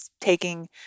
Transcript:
taking